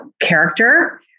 character